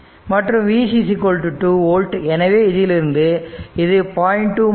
மற்றும் Vc 2 volt எனவே இதிலிருந்து இது 0